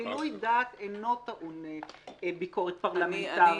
גילוי דעת אינו טעון ביקורת פרלמנטרית,